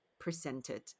presented